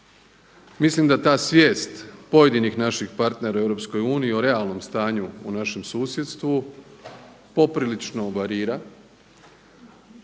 Mislim da ta svijest pojedinih naših partnera u EU o realnom stanju u našem susjedstvu poprilično varira.